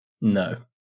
No